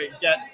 get